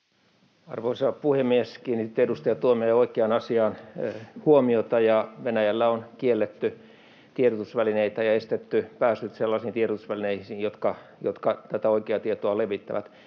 Arvoisa puhemies! Kiinnititte, edustaja Tuomioja, oikeaan asiaan huomiota. Venäjällä on kielletty tiedotusvälineitä ja estetty pääsyt sellaisiin tiedotusvälineisiin, jotka tätä oikeaa tietoa levittävät.